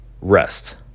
rest